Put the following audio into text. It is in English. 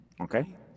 Okay